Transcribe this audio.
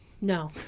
No